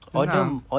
senang